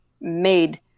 made